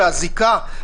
באזיקה?